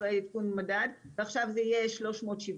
אחרי עדכון מדד, ועכשיו זה יהיה 370,